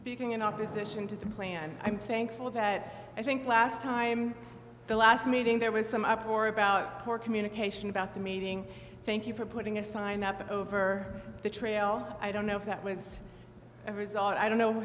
speaking in opposition to the plan i'm thankful that i think last time the last meeting there was some uproar about poor communication about the meeting thank you for putting a sign up over the trail i don't know if that was a result i don't know